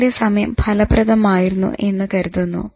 നിങ്ങളുടെ സമയം ഫലപ്രദം ആയിരുന്നു എന്ന് കരുതുന്നു